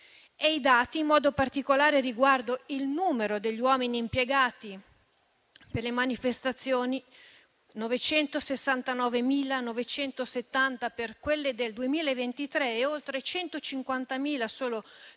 I dati, in modo particolare riguardo al numero degli uomini impiegati per le manifestazioni (969.970 per quelle del 2023 e oltre 150.000 solo per